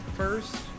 first